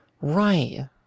Right